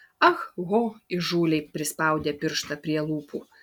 ah ho įžūliai prispaudė pirštą prie lūpų